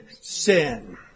sin